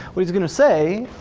what he's gonna say,